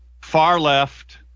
far-left